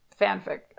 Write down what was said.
fanfic